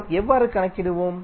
நாம் எவ்வாறு கணக்கிடுவோம்